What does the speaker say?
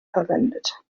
verwendet